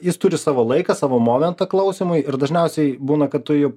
jis turi savo laiką savo momentą klausymui ir dažniausiai būna kad tu jų